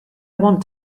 want